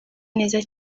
neza